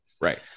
Right